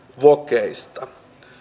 vokeista